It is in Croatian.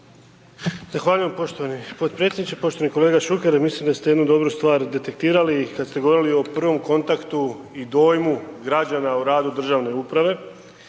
Zahvaljujem poštovani potpredsjedniče, poštovani kolega Šuker mislim da ste jednu dobru stvar detektirali kad ste govorili o provom kontaktu i dojmu građana o radu državne uprave